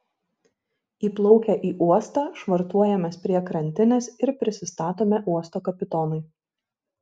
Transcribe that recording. įplaukę į uostą švartuojamės prie krantinės ir prisistatome uosto kapitonui